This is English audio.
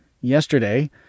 yesterday